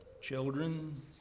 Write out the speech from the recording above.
children